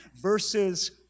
versus